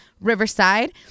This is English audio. Riverside